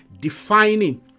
defining